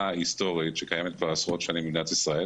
לפחות שיאשרו את החוקים בהתאם לחוקים של התרופות הנרקוטיות,